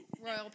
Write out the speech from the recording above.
royal